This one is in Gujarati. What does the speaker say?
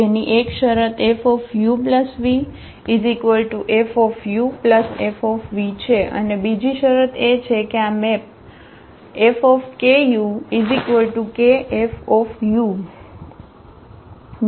જેની એક શરત FuvFuF છે અને બીજી શરત એ છે કે આ મેપ FkukFuને પણ સંતોષ કરવો જોઈએ